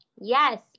Yes